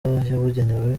yabugenewe